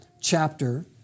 chapter